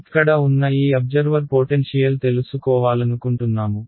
ఇక్కడ ఉన్న ఈ అబ్జర్వర్ పోటెన్షియల్ తెలుసుకోవాలనుకుంటున్నాము